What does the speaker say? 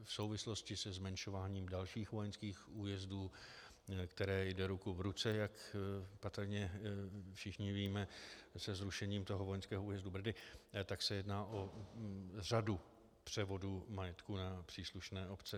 V souvislosti se zmenšováním dalších vojenských újezdů, které jde ruku v ruce, jak patrně všichni víme, se zrušením vojenského újezdu Brdy, tak se jedná o řadu převodů majetku na příslušné obce.